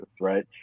right